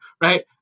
right